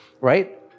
right